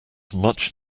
much